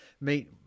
meet